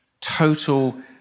total